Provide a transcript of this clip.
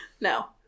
no